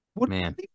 Man